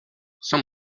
some